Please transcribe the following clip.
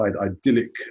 idyllic